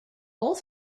all